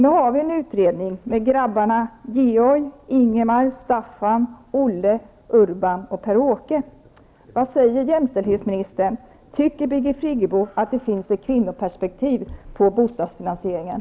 Nu har vi en utredning med grabbarna Georg, Friggebo att det finns ett kvinnoperspektiv på bostadsfinansieringen?